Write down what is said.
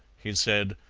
he said.